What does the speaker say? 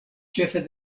ĉefe